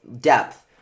depth